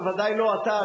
בוודאי לא אתה,